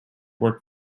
work